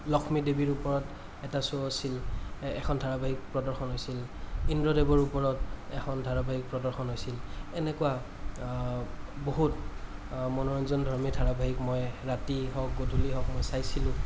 লক্ষ্মী দেৱীৰ ওপৰত এটা চৌ আছিল এখন ধাৰাবাহিক প্ৰদৰ্শন হৈছিল ইন্দ্ৰ দেৱৰ ওপৰত এখন ধাৰাবাহিক প্ৰদৰ্শন হৈছিল এনেকুৱা বহুত মনোৰঞ্জনধৰ্মী ধাৰাবাহিক মই ৰাতি হওক গধূলি হওক মই চাইছিলোঁ